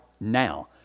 now